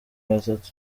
batatu